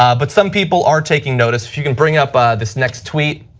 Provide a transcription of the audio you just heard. um but some people are taking notice. if you could bring up this next tweet,